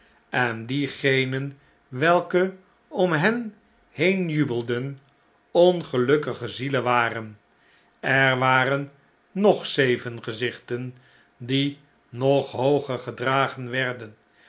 en diegenen welke om hen heen jubelden ongelukkige zielen waren er waren nog zeven gezichten die nog hooger gedragen werden